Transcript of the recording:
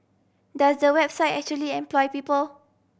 does the website actually employ people